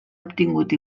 obtingut